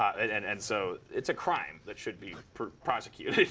and and and so it's a crime, that should be prosecuted.